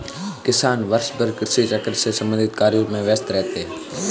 किसान वर्षभर कृषि चक्र से संबंधित कार्यों में व्यस्त रहते हैं